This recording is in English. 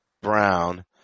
Brown